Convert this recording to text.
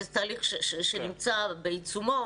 זה תהליך שנמצא בעיצומו,